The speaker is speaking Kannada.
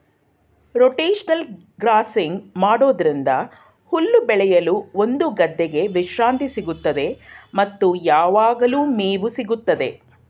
ರೋಟೇಷನಲ್ ಗ್ರಾಸಿಂಗ್ ಮಾಡೋದ್ರಿಂದ ಹುಲ್ಲು ಬೆಳೆಯಲು ಒಂದು ಗದ್ದೆಗೆ ವಿಶ್ರಾಂತಿ ಸಿಗುತ್ತದೆ ಮತ್ತು ಯಾವಗ್ಲು ಮೇವು ಸಿಗುತ್ತದೆ